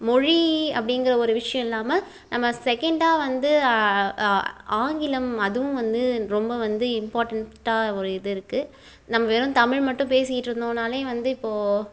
மொழி அப்படிங்கிற ஒரு விஷயம் இல்லாமல் நம்ம செகேண்டா வந்து ஆங்கிலம் அதுவும் வந்து ரொம்ப வந்து இம்பார்ட்டண்ட்டாக ஒரு இது இருக்கு நம்ப வெறும் தமிழ் மட்டும் பேசியிட்ருந்தோன்னாலே வந்து இப்போ